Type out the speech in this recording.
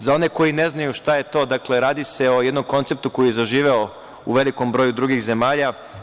Za one koji ne znaju šta je to, dakle, radi se o jednom konceptu koji je zaživeo u velikom broju drugih zemalja.